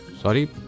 Sorry